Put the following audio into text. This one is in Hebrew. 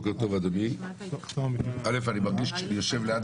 אני אמלא את